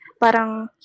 parang